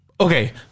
okay